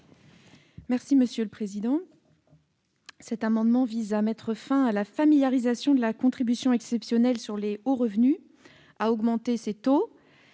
Mme Sophie Taillé-Polian. Cet amendement vise à mettre fin à la familiarisation de la contribution exceptionnelle sur les hauts revenus et à augmenter ses taux.